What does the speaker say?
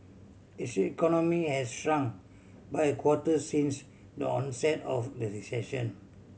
its economy has shrunk by a quarter since the onset of the recession